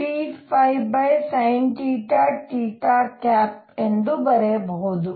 ಎಂದು ಬರೆಯಬಹುದು